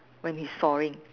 when he's sawing